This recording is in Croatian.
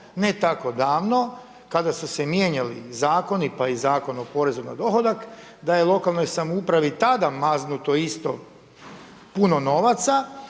ne tako davno kada su se mijenjali zakoni, pa i Zakon o porezu na dohodak da je lokalnoj samoupravi tada maznuto isto puno novaca,